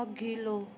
अघिल्लो